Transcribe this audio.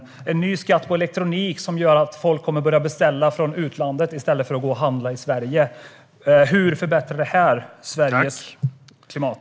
Det kommer en ny skatt på elektronik som gör att folk kommer att börja beställa från utlandet i stället för att handla i Sverige. Hur förbättrar det här Sveriges klimat?